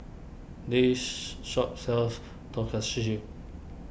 this shop sells Tonkatsu